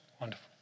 Wonderful